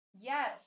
Yes